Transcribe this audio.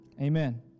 Amen